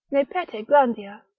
ne pete grandia,